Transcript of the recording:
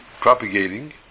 propagating